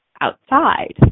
outside